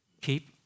keep